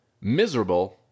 miserable